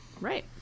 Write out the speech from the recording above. Right